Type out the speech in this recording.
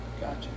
Gotcha